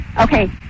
Okay